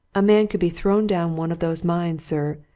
a man could be thrown down one of those mines, sir,